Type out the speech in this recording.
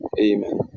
Amen